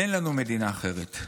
אין לנו מדינה אחרת.